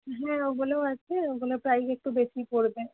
হ্যাঁ ওগুলোও আছে ওগুলো প্রাইস একটু বেশিই পড়বে